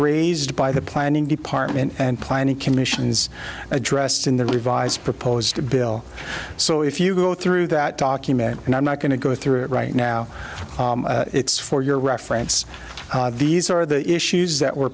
raised by the planning department and planning commission is addressed in the revised proposed bill so if you go through that document and i'm not going to go through it right now it's for your reference these are the issues that were